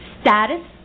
status